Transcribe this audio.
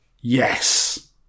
Yes